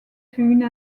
fut